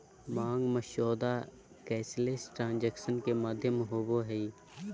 मांग मसौदा cashless transaction के माध्यम होबो हइ